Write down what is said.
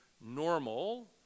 normal